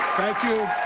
thank you.